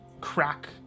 crack